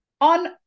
on